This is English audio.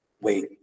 wait